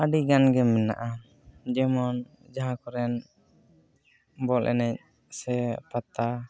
ᱟᱹᱰᱤ ᱜᱟᱱ ᱜᱮ ᱢᱮᱱᱟᱜᱼᱟ ᱡᱮᱢᱚ ᱡᱟᱦᱟᱸ ᱠᱚᱨᱮᱱ ᱵᱚᱞ ᱮᱱᱮᱡ ᱥᱮ ᱯᱟᱛᱟ